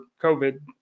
COVID